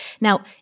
Now